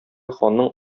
ханның